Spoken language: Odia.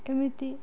ଏମିତି